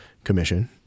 commission